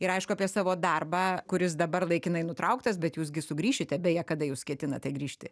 ir aišku apie savo darbą kuris dabar laikinai nutrauktas bet jūs gi sugrįšite beje kada jūs ketinate grįžti